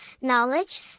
knowledge